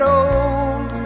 old